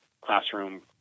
classroom